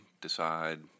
decide